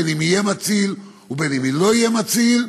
בין אם יהיה מציל ובין אם לא יהיה מציל,